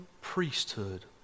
priesthood